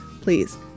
please